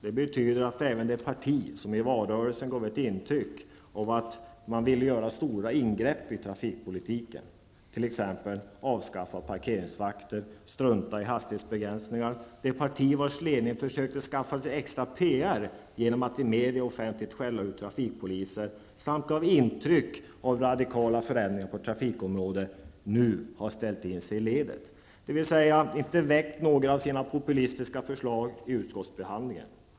Det betyder att även det parti som i valrörelsen gav ett intryck av att det ville göra stora ingrepp i trafikpolitiken, t.ex. avskaffa parkeringsvakter och att man skulle strunta i hastighetsbegränsningar, det parti vars ledning försökte skaffa sig extra PR genom att i media offentligt skälla ut trafikpoliser samt allmänt gav ett intryck av radikala förändringar på trafikområdet, nu har ställt in sig i ledet, dvs. inte har väckt några av sina populistiska förslag vid utskottsbehandlingen.